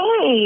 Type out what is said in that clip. Hey